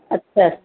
अच्छा